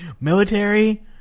Military